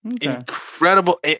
Incredible